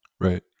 Right